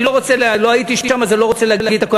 לא הייתי שם אז אני לא רוצה להגיד את הכול.